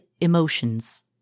emotions